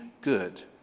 good